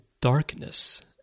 Darkness